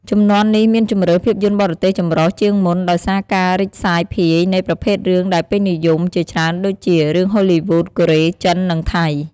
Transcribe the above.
ជំនាន់នេះមានជម្រើស ភាពយន្តបរទេសចម្រុះ ជាងមុន ដោយសារការរីកសាយភាយនៃប្រភេទរឿងដែលពេញនិយមជាច្រើនដូចជា រឿងហូលីវូដ កូរ៉េ ចិន និងថៃ ។